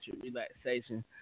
relaxation